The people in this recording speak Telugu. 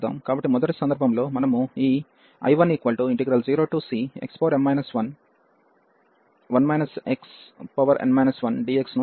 కాబట్టి మొదటి సందర్భంలో మనము ఈ I10cxm 11 xn 1dxను తీసుకుంటాము